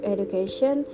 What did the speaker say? Education